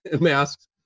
masks